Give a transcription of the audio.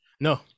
No